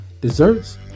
desserts